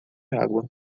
água